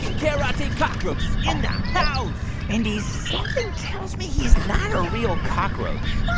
karate cockroach is in the house mindy, something tells me he's not a real cockroach what?